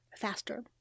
faster